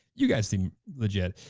you guys seem legit,